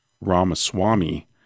Ramaswamy